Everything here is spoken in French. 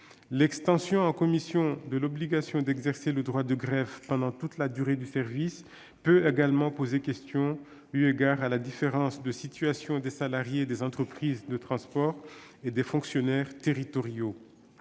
L'extension, en commission, de l'obligation d'exercer le droit de grève pendant toute la durée du service peut également poser question, eu égard à la différence de situation des salariés des entreprises de transport et des fonctionnaires territoriaux.